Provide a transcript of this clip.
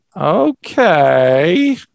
okay